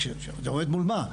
כשאת עומדת מול מה,